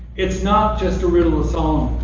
it's not just a riddle of solomon.